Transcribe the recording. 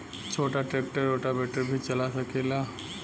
छोटा tractor rotavator भी चला सकेला?